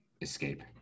escape